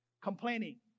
Complaining